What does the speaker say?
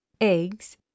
eggs